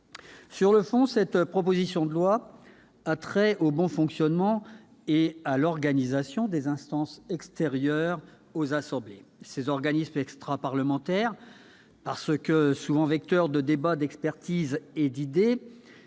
Sur le fond, ensuite, cette proposition de loi a trait au bon fonctionnement et à l'organisation des instances extérieures aux assemblées. Ces organismes extraparlementaires, parce qu'ils sont souvent vecteurs de débats, d'expertises et d'idées,